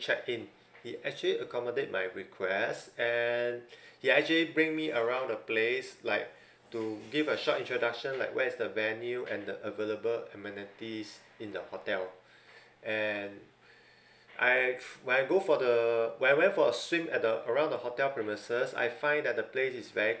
check in he actually accommodate my request and he actually bring me around the place like to give a short introduction like where's the venue and the available amenities in the hotel and I I go for the when I went for a swim at the around the hotel premises I find that the place is very